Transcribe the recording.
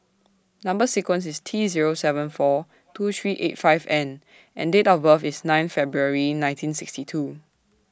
Number sequence IS T Zero seven four two three eight five N and Date of birth IS nine February nineteen sixty two